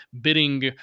bidding